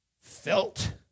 felt